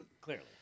Clearly